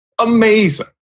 amazing